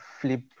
flip